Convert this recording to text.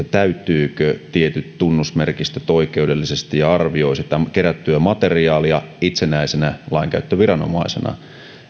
täyttyvätkö tietyt tunnusmerkistöt oikeudellisesti ja arvioi sitä kerättyä materiaalia itsenäisenä lainkäyttöviranomaisena